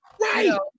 right